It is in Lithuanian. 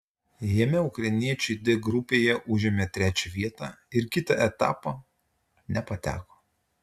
jame ukrainiečiai d grupėje užėmė trečią vietą ir kitą etapą nepateko